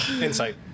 Insight